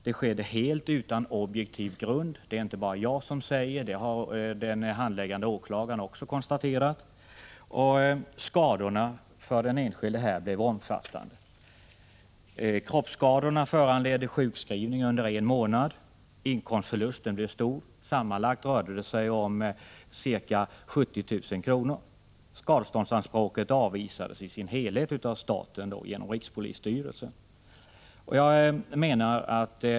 Det skedde helt utan objektiv grund — det är inte bara jag som säger detta, utan det har den handläggande åklagaren också konstaterat. Skadorna för den enskilde blev omfattande. Kroppsskadorna föranledde sjukskrivning under en månad. Inkomstförlusten blev stor. Sammanlagt rörde det sig om ca 70 000 kr. Skadeståndsanspråket avvisades i sin helhet av staten genom rikspolisstyrelsen.